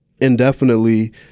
indefinitely